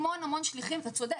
אתה צודק,